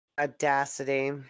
Audacity